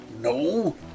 no